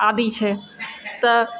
आदि छै तऽ